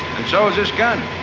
and so is this gun.